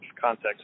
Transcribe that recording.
context